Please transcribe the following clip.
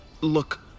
look